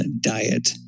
diet